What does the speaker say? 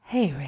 Hey